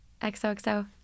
XOXO